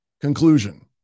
Conclusion